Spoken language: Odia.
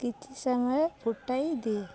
କିଛି ସମୟ ଫୁଟାଇ ଦିଏ